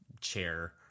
Chair